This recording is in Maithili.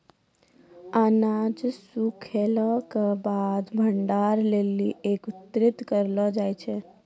अनाज सूखैला क बाद भंडारण लेलि एकत्रित करलो जाय छै?